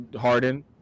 Harden